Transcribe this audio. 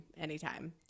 anytime